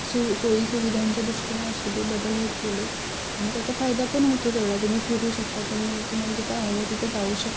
सु सोयी सुविधांच्या दृष्टीने असूदे बदल होत गेले आहेत आणि त्याचा फायदा पण होतो तेवढा तुम्ही फिरू शकता तुमी तुम्हाला जिथं हवं तिथं जाऊ शकता